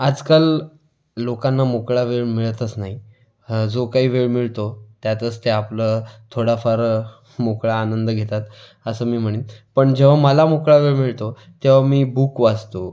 आजकाल लोकांना मोकळा वेळ मिळतच नाही जो काही वेळ मिळतो त्यातच ते आपलं थोडाफार मोकळा आनंद घेतात असं मी म्हणेन पण जेव्हा मला मोकळा वेळ मिळतो तेव्हा मी बुक वाचतो